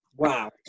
Wow